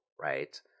Right